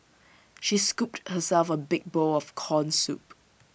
she scooped herself A big bowl of Corn Soup